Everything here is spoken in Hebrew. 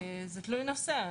זה תלוי נושא.